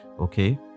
okay